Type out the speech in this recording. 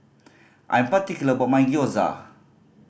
I'm particular about my Gyoza